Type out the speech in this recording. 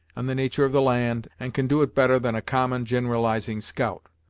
and the natur' of the land, and can do it better than a common, gin'ralizing scout.